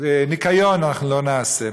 וניקיון אנחנו לא נעשה.